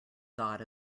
god